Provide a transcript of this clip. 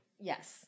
Yes